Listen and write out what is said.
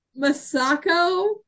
Masako